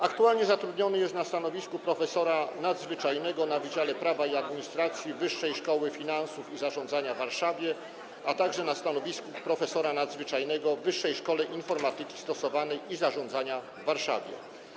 Aktualnie zatrudniony jest na stanowisku profesora nadzwyczajnego w Wydziale Prawa i Administracji Wyższej Szkoły Finansów i Zarządzania w Warszawie, a także na stanowisku profesora nadzwyczajnego w Wyższej Szkole Informatyki Stosowanej i Zarządzania w Warszawie.